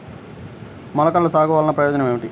మొలకల సాగు వలన ప్రయోజనం ఏమిటీ?